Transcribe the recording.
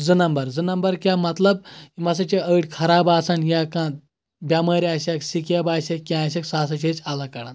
زٕ نَمبر زٕ نَمبر کیٚاہ مطلب یم ہسا چھِ أڈۍ خراب آسن یا کانٛہہ بیمٲرۍ آسٮ۪ک سِکیب آسٮ۪ک کیٚاہ آسیٚکھ سُہ ہسا چھِ أسۍ الگ کَڑان